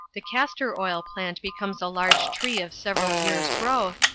the castor-oil plant becomes a large tree of several years' growth,